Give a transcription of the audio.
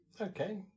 okay